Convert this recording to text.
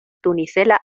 tunicela